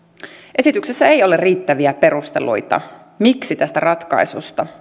esityksessä ei ole riittäviä perusteluita miksi tästä ratkaisusta